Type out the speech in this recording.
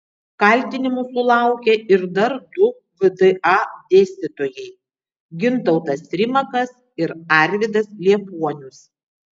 kaltinimų sulaukė ir dar du vda dėstytojai gintautas trimakas ir arvydas liepuonius